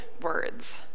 words